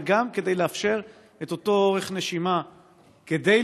וגם כדי לאפשר את אותו אורך נשימה כדי